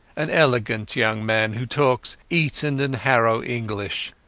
an elegant young man who talks eton-and-harrow english.